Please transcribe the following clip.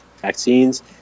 Vaccines